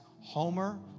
Homer